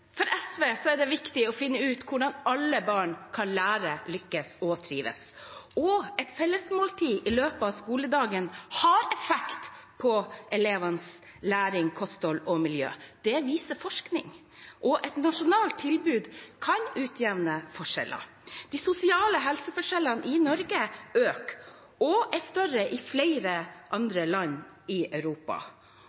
For SV er det viktig å finne ut hvordan alle barn kan lære, lykkes og trives, og et fellesmåltid i løpet av skoledagen har effekt på elevenes læring, kosthold og miljø. Det viser forskning. Et nasjonalt tilbud kan utjevne forskjeller. De sosiale helseforskjellene i Norge øker og er større i flere